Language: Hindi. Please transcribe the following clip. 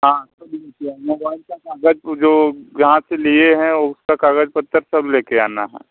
हाँ सब ले कर आना मोबाइल का कागज वो जो जहाँ से लिए हैं उसका कागज पत्तर सब ले कर आना है